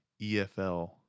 EFL